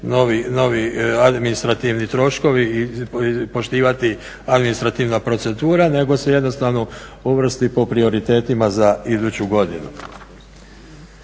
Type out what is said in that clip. novi administrativni troškovi i poštivati administrativna procedura, nego se jednostavno uvrsti po prioritetima za iduću godinu.